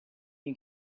you